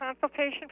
consultation